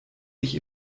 ich